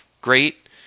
great